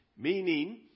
Meaning